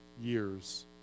years